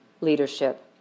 leadership